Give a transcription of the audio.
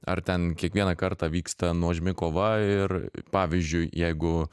ar ten kiekvieną kartą vyksta nuožmi kova ir pavyzdžiui jeigu